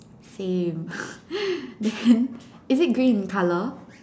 same then is it green in colour